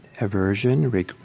aversion